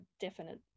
definite